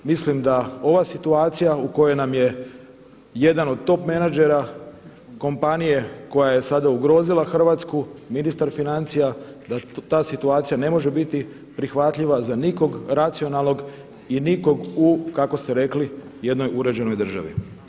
Mislim da ova situacija u kojoj nam je jedan od top menadžera kompanije koja je sada ugrozila Hrvatsku, ministar financija, da ta situacija ne može biti prihvatljiva za nikog racionalnog i nikog u kako ste rekli jednoj uređenoj državi.